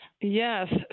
Yes